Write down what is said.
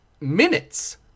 minutes